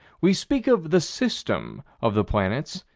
we speak of the system of the planets,